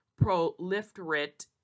proliferate